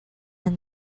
and